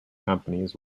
companies